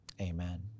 Amen